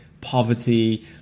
poverty